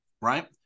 right